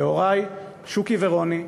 להורי שוקי ורוני,